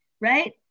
right